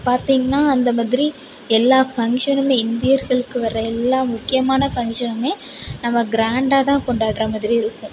இப்போ பார்த்திங்னா அந்தமாதிரி எல்லா ஃபங்ஷனுமே இந்தியர்களுக்கு வர்ற எல்லா முக்கியமான ஃபங்ஷனுமே நம்ம கிராண்டாகதான் கொண்டாடுகிறமாதிரி இருக்கும்